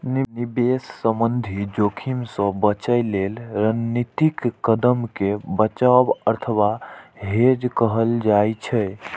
निवेश संबंधी जोखिम सं बचय लेल रणनीतिक कदम कें बचाव अथवा हेज कहल जाइ छै